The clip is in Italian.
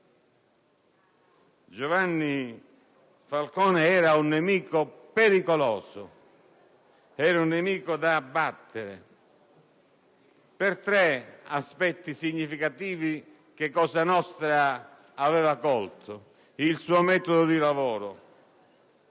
dell'attentato - era un nemico pericoloso, un nemico da abbattere, per tre aspetti significativi che Cosa nostra aveva colto: il suo metodo di lavoro;